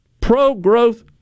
Pro-growth